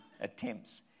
attempts